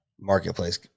marketplace